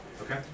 Okay